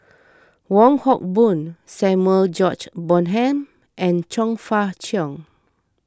Wong Hock Boon Samuel George Bonham and Chong Fah Cheong